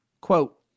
Quote